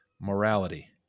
morality